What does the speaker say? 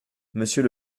monsieur